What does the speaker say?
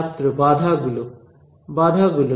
ছাত্র বাধাগুলো বাধাগুলো